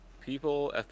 people